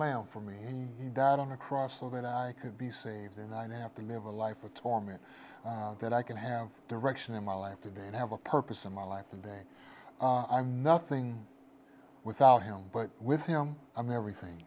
lamb for me and he died on the cross so that i could be saved and i now have to live a life of torment that i can have direction in my life today and have a purpose in my life today i'm nothing without him but with him i'm everything